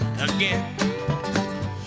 Again